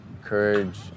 Courage